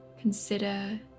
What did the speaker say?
consider